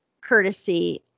courtesy